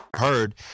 heard